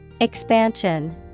Expansion